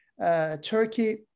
Turkey